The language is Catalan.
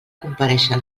comparèixer